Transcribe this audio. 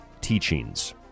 Teachings